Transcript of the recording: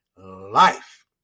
life